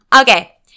Okay